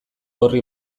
orri